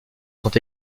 sont